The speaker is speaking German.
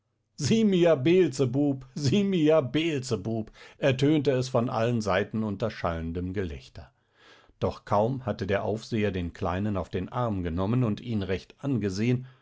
simia beelzebub simia beelzebub ertönte es von allen seiten unter schallendem gelächter doch kaum hatte der aufseher den kleinen auf den arm genommen und ihn recht angesehen